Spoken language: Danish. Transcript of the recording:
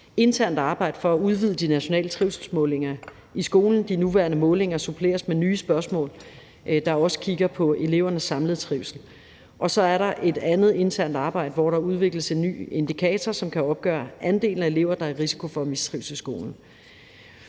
internt arbejde for at udvide de nationale trivselsmålinger i skolen. De nuværende målinger suppleres med nye spørgsmål, der også kigger på elevernes samlede trivsel. Så er der et andet internt arbejde, hvor der udvikles en ny indikator, som kan opgøre andelen af elever, der er i risiko for at mistrives i skolen.